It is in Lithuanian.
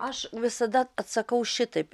aš visada atsakau šitaip